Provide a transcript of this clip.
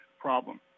problem